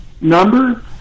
number